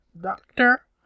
Doctor